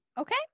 Okay